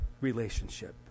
relationship